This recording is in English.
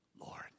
Lord